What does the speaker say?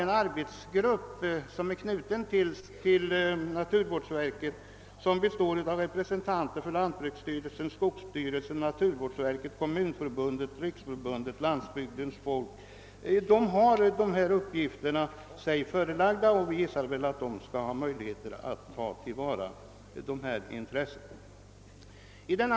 En = arbetsgrupp som är knuten till naturvårdsverket och som består av representanter för lantbruksstyrelsen, skogsstyrelsen, naturvårdsverket, kommunförbundet och RLF har även fått sig förelagd dessa uppgifter, och den bör ha möjlighet att ta till vara dessa intressen.